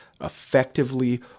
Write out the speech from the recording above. effectively